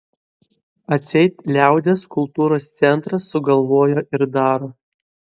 atseit liaudies kultūros centras sugalvojo ir daro